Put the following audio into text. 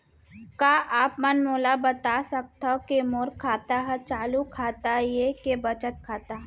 का आप मन मोला बता सकथव के मोर खाता ह चालू खाता ये के बचत खाता?